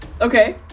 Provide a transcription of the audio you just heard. Okay